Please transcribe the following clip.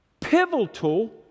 pivotal